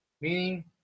Meaning